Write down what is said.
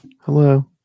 Hello